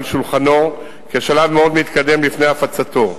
שולחנו בשלב מאוד מתקדם לפני הפצתה.